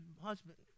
husband